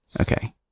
Okay